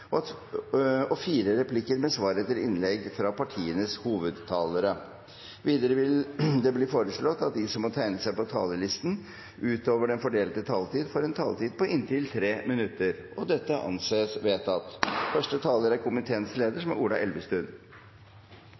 og fire replikker med svar etter innlegg fra partienes hovedtalere. Videre blir det foreslått at de som måtte tegne seg på talerlisten utover den fordelte taletid, får en taletid på inntil 3 minutter. – Det anses vedtatt. Først vil jeg takke komiteen for arbeidet med budsjettet for 2018. Nå er